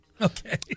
Okay